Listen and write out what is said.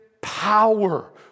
power